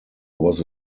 was